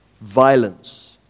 violence